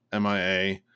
MIA